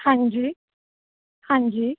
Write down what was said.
ਹਾਂਜੀ ਹਾਂਜੀ